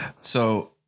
So-